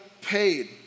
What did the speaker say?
paid